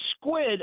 Squid